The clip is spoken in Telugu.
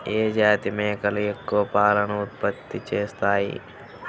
ఏ జాతి మేకలు ఎక్కువ పాలను ఉత్పత్తి చేస్తాయి?